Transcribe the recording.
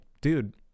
dude